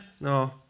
No